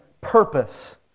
purpose